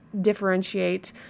differentiate